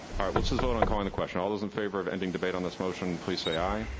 alright, let's just vote on calling the question. all those in favor of ending debate on this motion, please say aye.